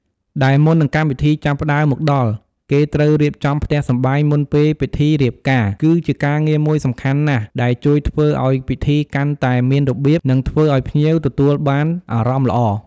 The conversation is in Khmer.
ដែលមុននឹងកម្មវិធីចាប់ផ្ដើមមកដល់គេត្រូវរៀបចំផ្ទះសម្បែងមុនពេលពិធីរៀបការ គឺជាការងារមួយសំខាន់ណាស់ ដែលជួយធ្វើអោយពិធីកាន់តែមានរបៀប និងធ្វើឲ្យភ្ញៀវទទួលបានអារម្មណ៍ល្អ។